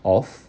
of